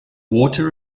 water